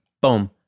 boom